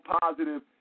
positive